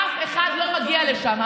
אף אחד לא מגיע לשם.